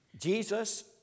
Jesus